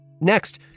Next